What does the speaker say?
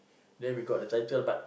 then we got the title but